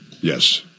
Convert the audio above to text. Yes